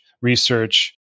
research